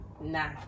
Nah